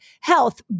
health